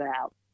out